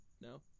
No